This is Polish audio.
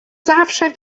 zawsze